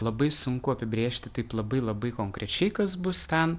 labai sunku apibrėžti taip labai labai konkrečiai kas bus ten